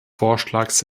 vorschlags